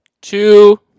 Two